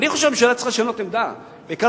אני חושב שהממשלה צריכה לשנות עמדה.